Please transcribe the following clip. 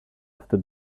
after